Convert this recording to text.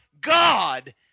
God